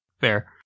Fair